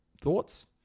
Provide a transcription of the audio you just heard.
Thoughts